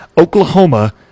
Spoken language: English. Oklahoma